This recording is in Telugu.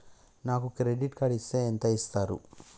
నాకు క్రెడిట్ కార్డు ఇస్తే ఎంత ఇస్తరు?